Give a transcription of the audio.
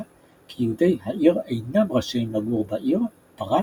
כי יהודי העיר אינם רשאים לגור בעיר פרט